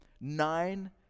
Nine